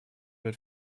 wird